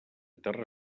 terra